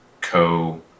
co